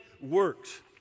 works